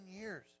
years